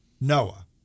Noah